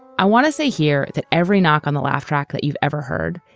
i want to say here that every knock on the laugh track that you've ever heard,